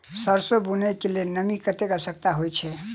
सैरसो बुनय कऽ लेल नमी कतेक आवश्यक होइ छै?